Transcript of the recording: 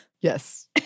Yes